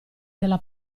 della